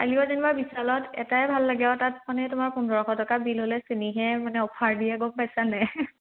কালিও যেনিবা বিশালত এটাই ভাল লাগে আৰু তাত মানে তোমাৰ পোন্ধৰশ টকা বিল হ'লে চিনিহে মানে অফাৰ দিয়ে গম পাইছা নাই